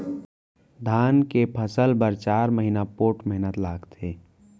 धान के फसल बर चार महिना पोट्ठ मेहनत लागथे